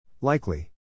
Likely